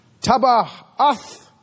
tabahath